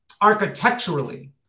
architecturally